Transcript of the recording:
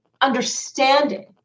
understanding